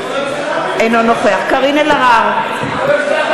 אינו נוכח קארין אלהרר, נגד זאב